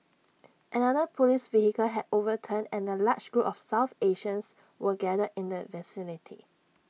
another Police vehicle had overturned and A large group of south Asians were gathered in the vicinity